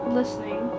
listening